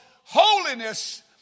holiness